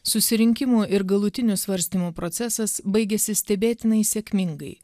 susirinkimų ir galutinių svarstymų procesas baigėsi stebėtinai sėkmingai